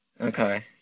Okay